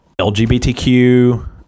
LGBTQ